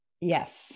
yes